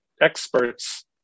experts